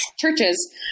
churches